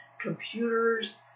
computers